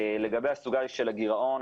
לגבי הסוגיה של הגירעון,